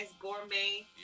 gourmet